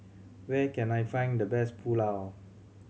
where can I find the best Pulao